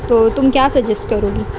تو تم کیا سجیسٹ کروگی